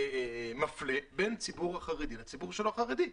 מפלה בין הציבור החרדי לציבור שלא חרדי.